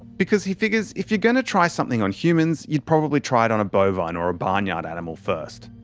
because, he figures, if you're going to try something on humans you'd probably try on a bovine or a barnyard animal first.